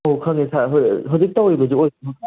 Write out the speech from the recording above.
ꯑꯣ ꯈꯪꯉꯦ ꯁꯥꯔ ꯍꯣꯏ ꯍꯧꯖꯤꯛ ꯇꯧꯔꯤꯕꯁꯤ ꯑꯣꯗꯣꯏ ꯅꯠꯇ꯭ꯔꯣ